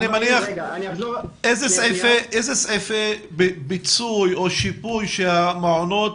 איזה סעיפי פיצוי או שיפוי שהמעונות